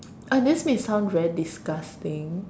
uh this may sound very disgusting